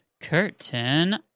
curtain